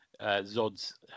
Zod's